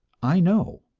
i know.